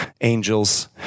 angels